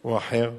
או אחר,